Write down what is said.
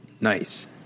Nice